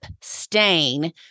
stain